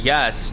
Yes